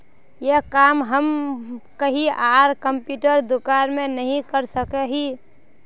ये काम हम कहीं आर कंप्यूटर दुकान में नहीं कर सके हीये?